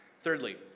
Thirdly